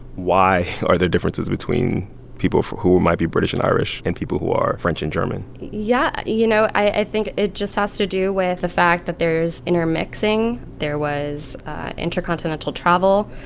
why are there differences between people who might be british and irish and people who are french and german? yeah. you know, i think it just has to do with the fact that there's intermixing. there was intercontinental travel.